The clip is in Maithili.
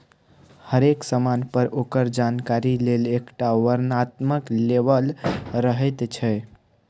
हरेक समान पर ओकर जानकारी लेल एकटा वर्णनात्मक लेबल रहैत छै